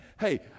hey